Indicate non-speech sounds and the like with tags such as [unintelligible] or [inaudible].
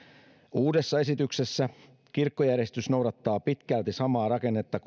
uudessa esityksessä kirkkojärjestys noudattaa pitkälti samaa rakennetta [unintelligible]